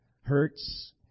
hurts